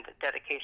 dedication